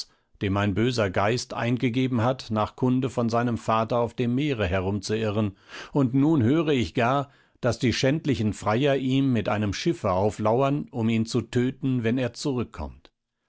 dem ein böser geist eingegeben hat nach kunde von seinem vater auf dem meere herumzuirren und nun höre ich gar daß die schändlichen freier ihm mit einem schiffe auflauern um ihn zu töten wenn er zurückkommt